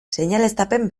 seinaleztapen